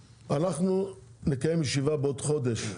אנחנו נקיים ישיבה בעוד חודש,